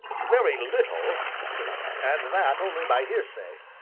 very little, said i, and that, only by hearsay.